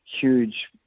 huge